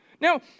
Now